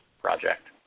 project